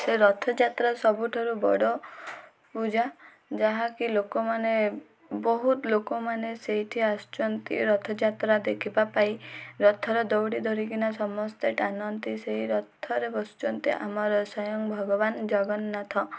ସେ ରଥଯାତ୍ରା ସବୁଠାରୁ ବଡ଼ ପୂଜା ଯାହାକି ଲୋକମାନେ ବହୁତ ଲୋକମାନେ ସେଇଠି ଆସୁଛନ୍ତି ରଥଯାତ୍ରା ଦେଖିବା ପାଇଁ ରଥର ଦଉଡ଼ି ଧରିକିନା ସମସ୍ତେ ଟାଣନ୍ତି ସେଇ ରଥରେ ବସୁଛନ୍ତି ଆମର ସ୍ୱୟଂ ଭଗବାନ ଜଗନ୍ନାଥ